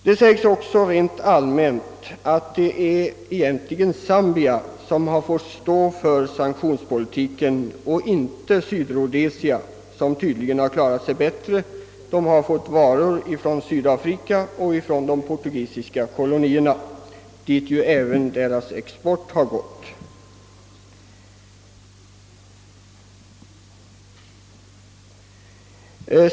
Det sägs också rent allmänt, att det egentligen är Zambia som fått känna av sanktionspolitiken och inte Sydrhodesia, som tydligen har klarat sig bättre. Sydrhodesia har fått varor från Sydafrika och från de portugisiska kolonierna, dit även dess export har gått.